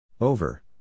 Over